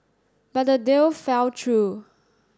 but the deal fell through